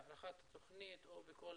בהארכת התוכנית או בכל